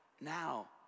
now